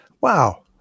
Wow